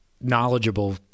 knowledgeable